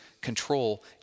control